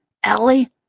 ellie.